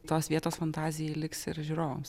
tos vietos fantazijai liks ir žiūrovams